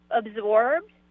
absorbed